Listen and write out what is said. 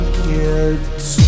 kids